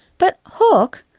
but hawke,